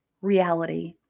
reality